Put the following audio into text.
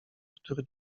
który